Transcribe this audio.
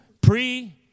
Pre